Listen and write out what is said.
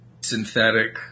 synthetic